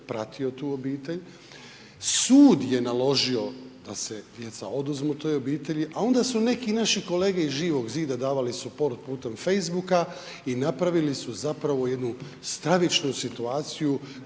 pratio tu obitelj, sud je naložio da se djeca oduzmu toj obitelji, a onda su neki naši kolege iz Živog zida davali support putem Facebooka i napravili su zapravo jednu stravičnu situaciju